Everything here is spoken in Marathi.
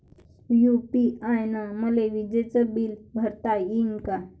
यू.पी.आय न मले विजेचं बिल भरता यीन का?